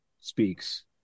speaks